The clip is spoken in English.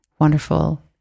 wonderful